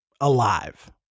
alive